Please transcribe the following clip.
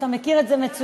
אתה מכיר את זה מצוין,